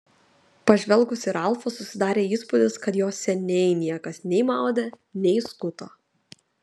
pažvelgus į ralfą susidarė įspūdis kad jo seniai niekas nei maudė nei skuto